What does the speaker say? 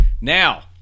Now